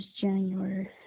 January